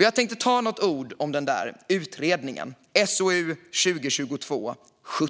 Jag tänkte säga några ord om den utredningen, SOU 2022:17. Denna